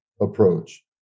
approach